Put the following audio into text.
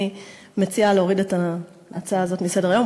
אני מציעה להוריד את ההצעה הזאת מסדר-היום,